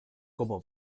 como